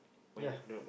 ya